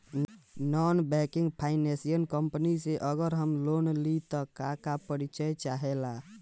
Non banking financial company से अगर हम लोन लि त का का परिचय चाहे ला?